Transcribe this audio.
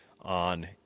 on